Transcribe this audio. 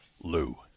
Lou